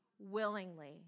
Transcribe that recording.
willingly